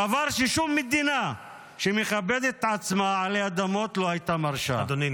דבר ששום מדינה עלי אדמות שמכבדת את עצמה לא הייתה מרשה --- אדוני,